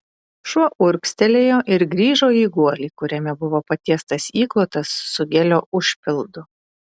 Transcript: šuo urgztelėjo ir grįžo į guolį kuriame buvo patiestas įklotas su gelio užpildu